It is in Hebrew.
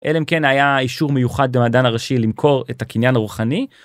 אלא אם כן היה אישור מיוחד במדען הראשי למכור את הקניין הרוחני.